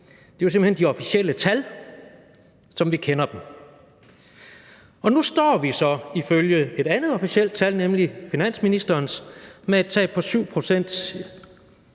det er simpelt hen de officielle tal, som vi kender dem. Nu står vi så ifølge et andet officielt tal, nemlig finansministerens, med et tab på 7 pct.